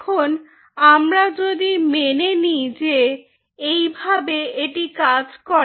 এখন আমরা যদি মেনে নিই যে এইভাবে এটি কাজ করে